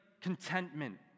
contentment